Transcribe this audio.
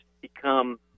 become